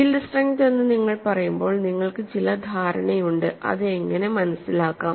yield strength എന്ന് നിങ്ങൾ പറയുമ്പോൾ നിങ്ങൾക്ക് ചില ധാരണയുണ്ട് അത് എങ്ങനെ മനസിലാക്കാം